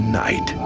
night